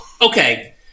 okay